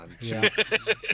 Yes